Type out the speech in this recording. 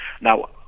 now